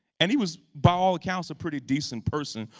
and he was by all accounts a pretty decent person,